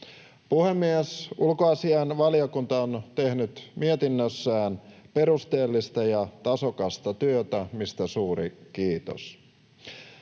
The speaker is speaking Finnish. Puhemies! Ulkoasiainvaliokunta on tehnyt mietinnössään perusteellista ja tasokasta työtä, mistä suuri kiitos.